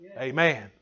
Amen